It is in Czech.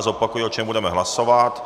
Zopakuji, o čem budeme hlasovat.